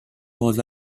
was